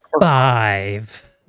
five